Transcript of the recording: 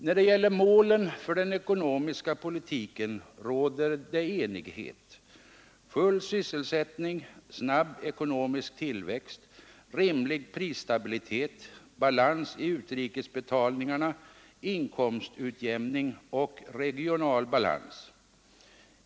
När det gäller målen för den ekonomiska politiken råder det enighet — full sysselsättning, snabb ekonomisk tillväxt, rimlig prisstabilitet, balans i utrikesbetalningarna, inkomstutjämning och regional balans.